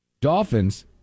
Dolphins